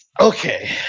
Okay